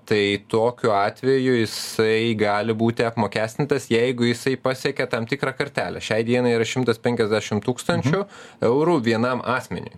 tai tokiu atveju jisai gali būti apmokestintas jeigu jisai pasiekia tam tikrą kartelę šiai dienai yra šimtas penkiasdešim tūkstančių eurų vienam asmeniui